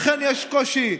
יש קושי,